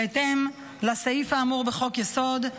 בהתאם לסעיף האמור בחוק-היסוד,